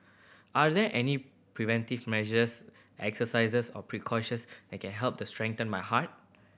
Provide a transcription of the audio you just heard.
are there any preventive measures exercises or precautions that can help to strengthen my heart